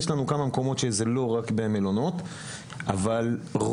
יש לנו כמה מקומות שזה לא רק במלונות אבל רוב